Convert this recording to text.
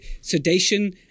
sedation